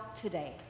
today